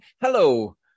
hello